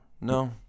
No